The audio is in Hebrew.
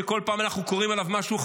שכל פעם אנחנו קוראים עליו משהו חדש.